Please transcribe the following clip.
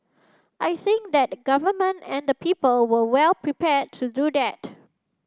I think that Government and the people were well prepared to do that